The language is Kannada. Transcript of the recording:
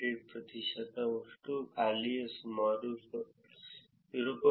8 ಪ್ರತಿಶತ ಮತ್ತು ಖಾಲಿಯು ಸುಮಾರು 0